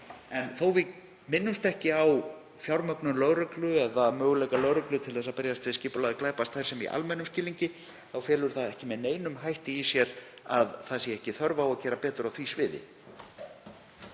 Þó að við minnumst ekki á fjármögnun lögreglu eða möguleika lögreglu til að berjast við skipulagða glæpastarfsemi í almennum skilningi þá felur það ekki með neinum hætti í sér að ekki sé þörf á að gera betur á því sviði.